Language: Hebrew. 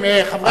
סליחה, חברים.